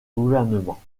gouvernement